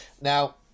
Now